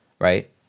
right